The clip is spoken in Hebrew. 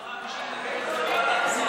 מי שהתנגד לזה בוועדת השרים,